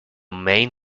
main